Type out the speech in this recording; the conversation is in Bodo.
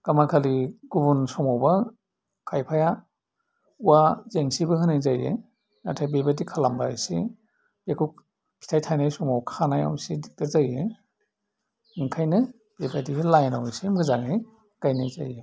गामाखालि गुबुन समावबा खायफाया औवा जेंसिबो होनाय जायो नाथाय बे बायदि खालामबा एसे बेखौ फिथाइ थाइनाय समाव खानायाव एसे दिगदार जायो ओंखायनो बेफोरबायदिहै लाइनाव एसे मोजाङै गायनाय जायो